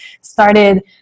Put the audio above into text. started